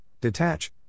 detach